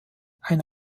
eine